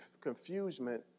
confusion